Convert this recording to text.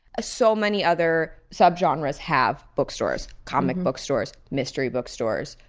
so many other sub-genres have bookstores comic bookstores, mystery bookstores,